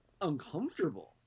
uncomfortable